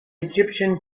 egyptian